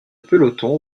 peloton